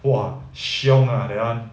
!wah! xiong ah that one